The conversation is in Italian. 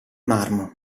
marmo